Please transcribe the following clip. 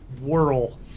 whirl